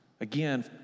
Again